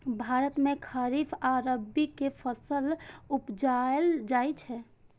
भारत मे खरीफ आ रबी के फसल उपजाएल जाइ छै